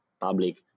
public